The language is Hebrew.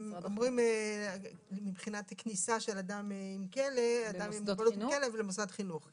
הם אומרים מבחינת כניסה של אדם עם מוגבלות עם כלב למוסד חינוך.